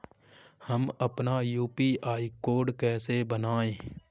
हम अपना UPI code कैसे बनाएँ?